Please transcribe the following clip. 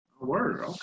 Word